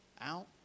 out